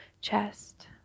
chest